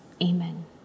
amen